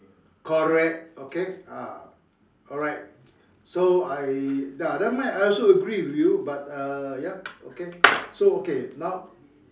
correct okay ah alright so I ya never mind I also agree with you but uh ya okay so okay now